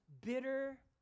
bitter